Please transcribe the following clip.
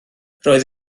roedd